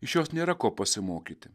iš jos nėra ko pasimokyti